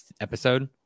episode